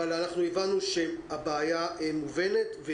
אבל הבנו שהבעיה מובנת,